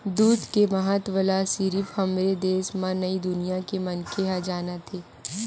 दूद के महत्ता ल सिरिफ हमरे देस म नइ दुनिया के मनखे ह जानत हे